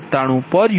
4697 p